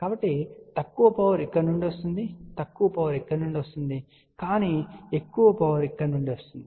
కాబట్టి తక్కువ పవర్ ఇక్కడ నుండి వస్తుంది తక్కువ పవర్ ఇక్కడ నుండి వస్తుంది కానీ ఎక్కువ పవర్ ఇక్కడ నుండి వస్తుంది